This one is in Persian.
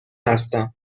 هستم